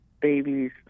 babies